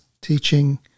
teaching